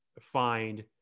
find